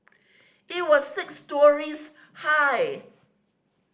it was six storeys high